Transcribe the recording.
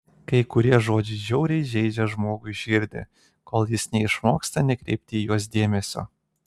kai kurie žodžiai žiauriai žeidžia žmogui širdį kol jis neišmoksta nekreipti į juos dėmesio